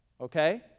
okay